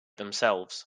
themselves